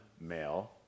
male